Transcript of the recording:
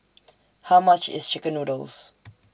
How much IS Chicken Noodles